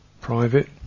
private